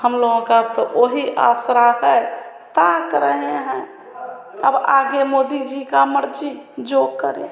हमलोगों का तो वही आसरा है ताक रहे हैं अब आगे मोदी जी की मर्ज़ी जो करें